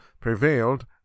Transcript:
prevailed